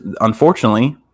unfortunately